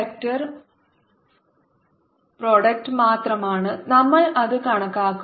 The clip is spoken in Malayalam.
4πR2o E R20r2 r S 10 E× B അതിനാൽ ഇത് ഇപ്പോൾ വെക്റ്റർ പ്രോഡക്റ്റ് മാത്രമാണ് നമ്മൾ അത് കണക്കാക്കും